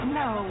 no